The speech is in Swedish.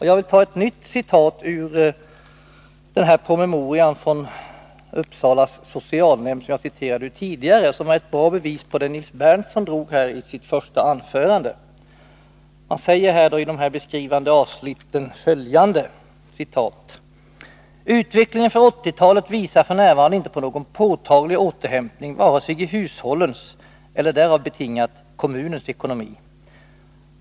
Jag vill läsa upp ytterligare ett citat ur den promemoria från Uppsala kommuns socialförvaltning som jag citerade ur tidigare och som är ett bra bevis på det som Nils Berndtson tog upp i sitt första anförande. I de beskrivande avsnitten säger man: ”Utvecklingen för 80-talet visar f. n. inte på någon påtaglig återhämtning vare sig i hushållens eller kommunens ekonomi.